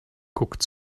guckt